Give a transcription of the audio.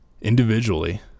individually